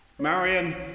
Marion